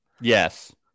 Yes